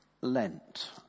Lent